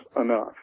enough